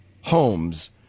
homes